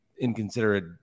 inconsiderate